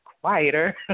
quieter